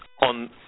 on